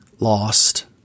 lost